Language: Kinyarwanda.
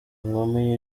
nkumi